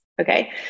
okay